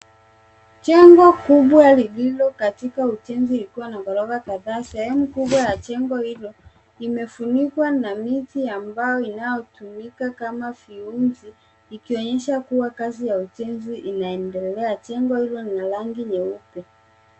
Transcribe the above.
Jengo kubwa lililo katika ujenzi ukiwa na ghorofa kadhaa. Sehemu kubwa ya jengo hilo, limefunikwa na miti ya mbao inayotumika kama viunzi ikionyesha kuwa kazi ya ujenzi inaendelea. Jengo hilo lina rangi nyeupe.